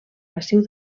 massiu